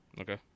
Okay